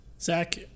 Zach